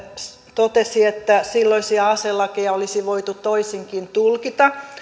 totesi että silloisia aselakeja olisi voitu toisinkin tulkita